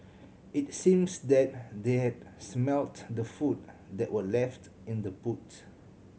it seems that they had smelt the food that were left in the boot